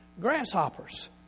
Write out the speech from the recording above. Grasshoppers